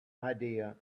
idea